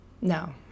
No